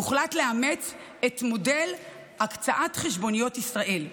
הוחלט לאמץ את מודל "הקצאת חשבוניות ישראל".